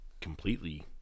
completely